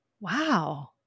Wow